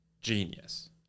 genius